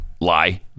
lie